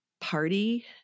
party